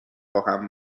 خواهم